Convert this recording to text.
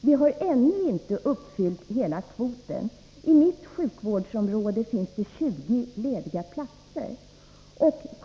Vi har ännu inte uppfyllt hela kvoten. I mitt sjukvårdsområde finns det 20 lediga platser.